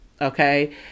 okay